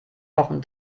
wochen